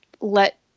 let